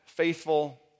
Faithful